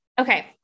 Okay